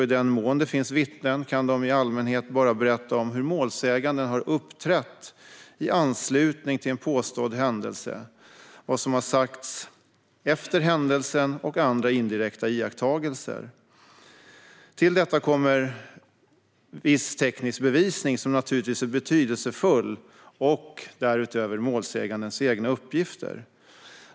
I den mån det finns vittnen kan de i allmänhet bara berätta om hur målsäganden har uppträtt i anslutning till en påstådd händelse, vad som har sagts efter händelsen och andra indirekta iakttagelser. Till detta kommer viss teknisk bevisning som naturligtvis är betydelsefull och därutöver målsägandens egna uppgifter.